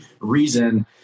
reason